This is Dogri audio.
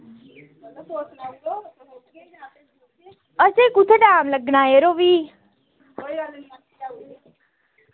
असें कुत्थें टैम लग्गना यरो भी